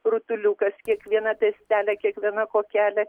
rutuliukas kiekviena piestelė kiekviena kuokelė